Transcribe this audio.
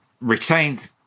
retained